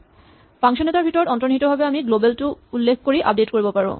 এটা ফাংচন ৰ ভিতৰতে অন্তনিহিতভাৱে আমি গ্লৱেল টো উল্লেখ কৰি আপডেট কৰিব পাৰো